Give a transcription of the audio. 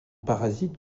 parasite